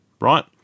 right